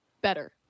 better